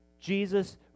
Jesus